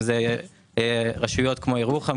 אם זה רשויות כמו ירוחם,